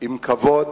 עם כבוד.